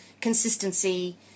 consistency